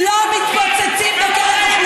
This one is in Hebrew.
מי הפציץ?